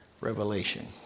Revelation